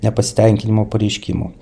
nepasitenkinimo pareiškimų